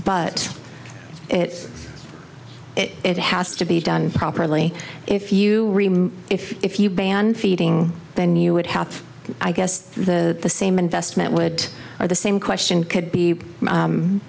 but it's it has to be done properly if you if if you ban feeding then you would have i guess the the same investment would or the same question could be